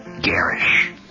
garish